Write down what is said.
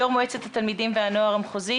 יו"ר מועצת התלמידים והנוער המחוזית,